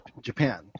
Japan